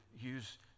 use